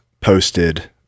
posted